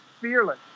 fearless